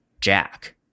jack